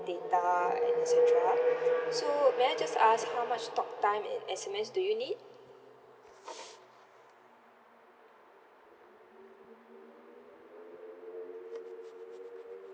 data et cetera so may I just ask how much talk time and S_M_S do you need